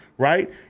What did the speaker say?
Right